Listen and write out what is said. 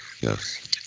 yes